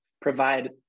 provide